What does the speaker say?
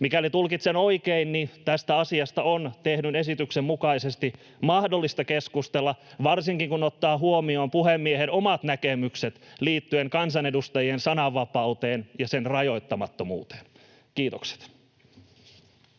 Mikäli tulkitsen oikein, tästä asiasta on tehdyn esityksen mukaisesti mahdollista keskustella, varsinkin kun ottaa huomioon puhemiehen omat näkemykset liittyen kansanedustajien sananvapauteen ja sen rajoittamattomuuteen. — Kiitokset.